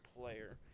player